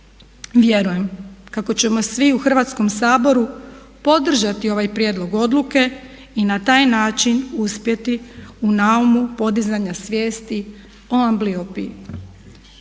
Vjerujem kako ćemo svi u Hrvatskom saboru podržati ovaj prijedlog odluke i na taj način uspjeti u naumu podizanja svijesti o ambliopiji.